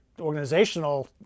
organizational